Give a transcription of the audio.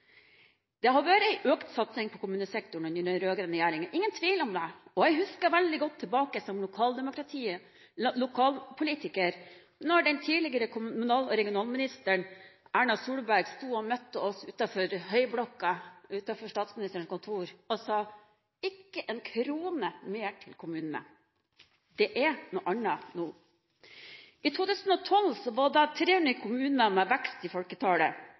Det har vært økt satsing på kommunesektoren under den rød-grønne regjeringen – ingen tvil om det. Jeg husker veldig godt tilbake som lokalpolitiker da den tidligere kommunal- og regionalministeren, Erna Solberg, sto og møtte oss utenfor høyblokka utenfor statsministerens kontor og sa: ikke en krone mer til kommunene. Det er noe annet nå. I 2012 var det 300 kommuner med vekst i folketallet.